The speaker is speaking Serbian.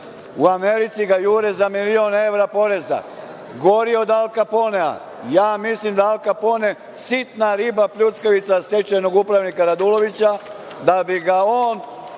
u Americi ga jure za milion evra poreza. Gori od Al Kaponea. Ja, mislim da Al Kapone sitna riba pljuckavica stečajnog upravnika Radulovića,